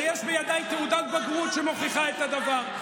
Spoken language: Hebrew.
ויש בידיי תעודת בגרות שמוכיחה את הדבר.